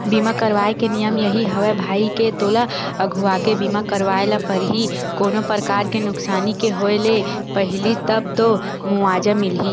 बीमा करवाय के नियम यही हवय भई के तोला अघुवाके बीमा करवाय ल परही कोनो परकार के नुकसानी के होय ले पहिली तब तो मुवाजा मिलही